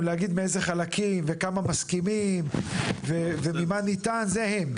להגיד כמה חלקים וכמה מסכימים ומי מה ניתן, זה הם.